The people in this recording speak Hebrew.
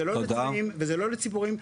זה לא לצבאים וזה לא לציפורים,